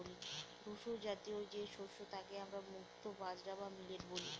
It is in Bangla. ধূসরজাতীয় যে শস্য তাকে আমরা মুক্তো বাজরা বা মিলেট বলি